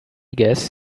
guess